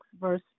verse